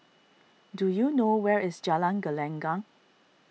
do you know where is Jalan Gelenggang